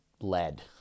lead